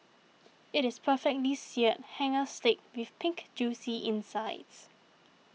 it is perfectly Seared Hanger Steak with Pink Juicy insides